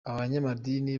abanyamadini